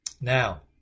Now